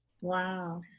Wow